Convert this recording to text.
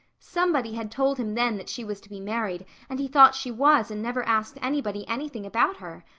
somebody had told him then that she was to be married and he thought she was and never asked anybody anything about her.